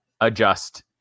adjust